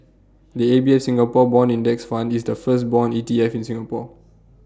the A B S Singapore Bond index fund is the first Bond E T F in Singapore